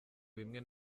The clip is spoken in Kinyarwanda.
bimwe